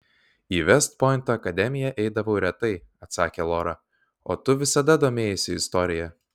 į vest pointo akademiją eidavau retai atsakė lora o tu visada domėjaisi istorija